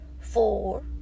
four